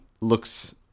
looks